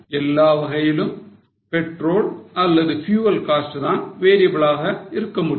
எல்லா வகையிலும் petrol அல்லது fuel cost தான் variable ஆக இருக்க முடியும்